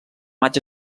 maig